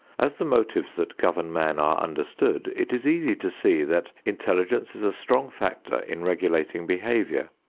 as the motives that govern man are understood, it is easy to see that intelligence is a strong factor in regulating behavior.